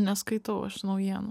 neskaitau aš naujienų